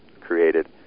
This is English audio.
created